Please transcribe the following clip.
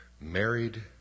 married